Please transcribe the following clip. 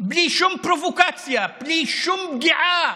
בלי שום פרובוקציה, בלי שום פגיעה.